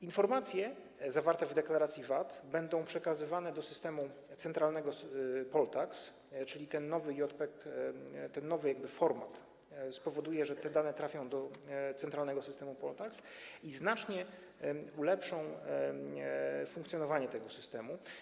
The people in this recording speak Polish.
Informacje zawarte w deklaracji VAT będą przekazywane do systemu centralnego Poltax, czyli ten nowy format spowoduje, że te dane trafią do centralnego systemu Poltax i znacznie ulepszą funkcjonowanie tego systemu.